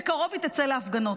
בקרוב היא תצא להפגנות.